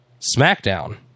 SmackDown